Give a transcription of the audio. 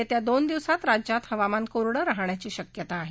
येत्या दोन दिवसात राज्यात हवामान कोरडं राहण्याची शक्यता आहे